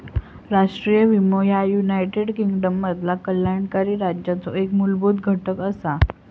राष्ट्रीय विमो ह्या युनायटेड किंगडममधलो कल्याणकारी राज्याचो एक मूलभूत घटक असा